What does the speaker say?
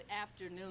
afternoon